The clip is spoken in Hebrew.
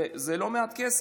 זה לא מעט כסף.